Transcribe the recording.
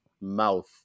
mouth